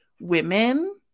women